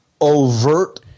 overt